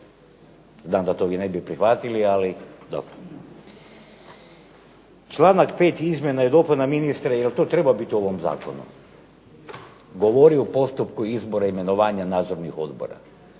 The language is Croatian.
Znam da vi to ne bi prihvatili, ali dobro. Članak 5. izmjena i dopuna, ministre jel' to treba biti u ovom zakonu? Govori o postupku izbora i imenovanja nadzornih odbora.